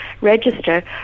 register